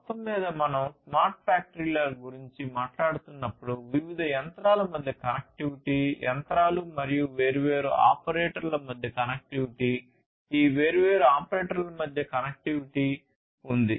మొత్తంమీద మనం స్మార్ట్ ఫ్యాక్టరీల గురించి మాట్లాడుతున్నప్పుడు వివిధ యంత్రాల మధ్య కనెక్టివిటీ యంత్రాలు మరియు వేర్వేరు ఆపరేటర్ల మధ్య కనెక్టివిటీ ఈ వేర్వేరు ఆపరేటర్ల మధ్య కనెక్టివిటీ ఉంది